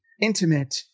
intimate